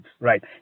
Right